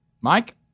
Mike